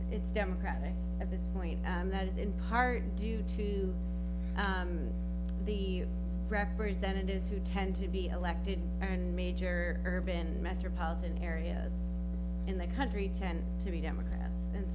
it's democratic at this point and that is in part due to the representatives who tend to be elected and major urban metropolitan areas in the country tend to be democrat and